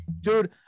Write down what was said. dude